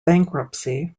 bankruptcy